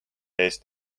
eest